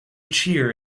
cheer